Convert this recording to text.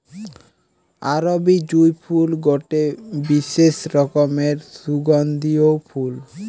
আরবি জুঁই ফুল গটে বিশেষ রকমের সুগন্ধিও ফুল